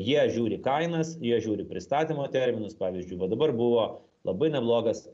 jie žiūri kainas jie žiūri pristatymo terminus pavyzdžiui va dabar buvo labai neblogas